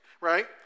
right